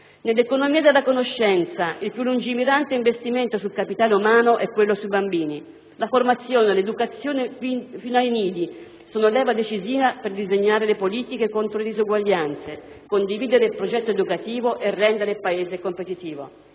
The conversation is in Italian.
Nell'economia della conoscenza il più lungimirante investimento sul capitale umano è quello sui bambini. La formazione e l'educazione fin dai nidi sono la leva decisiva per ridisegnare le politiche contro le disuguaglianze, condividere il progetto educativo e rendere il Paese competitivo.